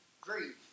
grief